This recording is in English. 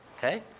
okay?